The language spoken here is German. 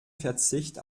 verzicht